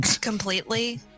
completely